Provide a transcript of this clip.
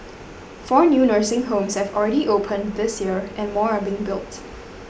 four new nursing homes have already opened this year and more are being built